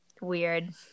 weird